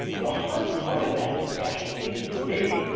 the hard part of that discussion, at least for me,